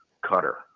cutter